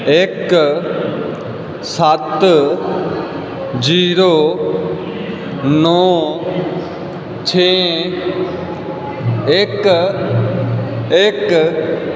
ਇੱਕ ਸੱਤ ਜ਼ੀਰੋ ਨੌਂ ਛੇ ਇੱਕ ਇੱਕ